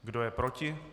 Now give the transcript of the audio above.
Kdo je proti?